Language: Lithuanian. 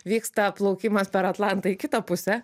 vyksta plaukimas per atlantą į kitą pusę